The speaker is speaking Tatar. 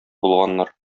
булганнар